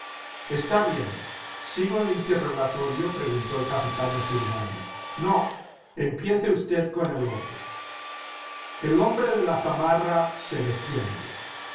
está bien sigo el interrogatorio preguntó el capitán a zurbano no empiece usted con el otro el hombre de la zamarra se defiende